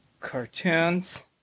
Cartoons